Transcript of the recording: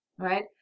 right